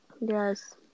Yes